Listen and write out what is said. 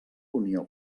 unió